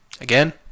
Again